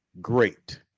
great